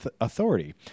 authority